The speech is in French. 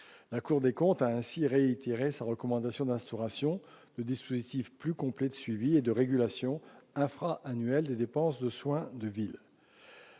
La Cour a ainsi réitéré sa recommandation d'instauration de dispositifs plus complets de suivi et de régulation infra-annuelle des dépenses de soins de ville.